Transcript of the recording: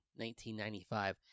1995